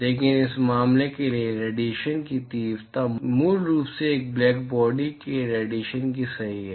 लेकिन इस मामले के लिए रेडिएशन की तीव्रता मूल रूप से एक ब्लैक बॉडी के रेडिएशन की सही है